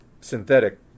synthetic